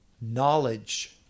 knowledge